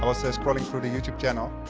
um so scrolling through the youtube channel.